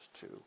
two